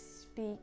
speak